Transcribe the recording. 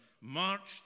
marched